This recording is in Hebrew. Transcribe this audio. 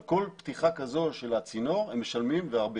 על כול פתיחה כזו של הצינור הם משלמים והרבה.